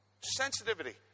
sensitivity